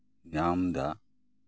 ᱧᱟᱢᱫᱟ